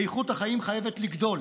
איכות החיים חייבת לעלות.